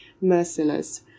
merciless